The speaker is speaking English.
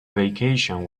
vacation